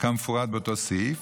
כמפורט באותו סעיף,